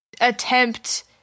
attempt